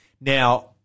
Now